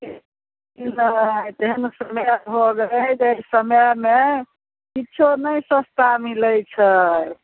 ठीक की दबाइ तेहन समय भऽ गेलै जे समयमे किछु नहि सस्ता मिलैत छै